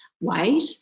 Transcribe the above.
weight